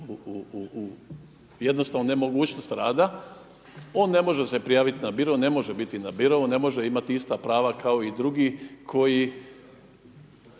u jednostavno nemogućnost rada on ne može se prijaviti na biro, ne može biti na birou, ne može imati ista prava kao i drugi koji